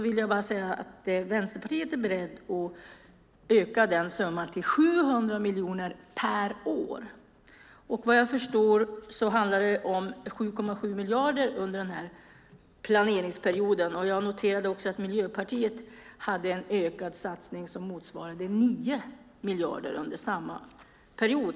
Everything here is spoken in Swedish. Vi i Vänsterpartiet är beredda att öka den summan till 700 miljoner per år. Vad jag förstår handlar det om 7,7 miljarder under denna planeringsperiod. Jag noterade också att Miljöpartiet har föreslagit en ökad satsning som motsvarar 9 miljarder under samma period.